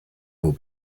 will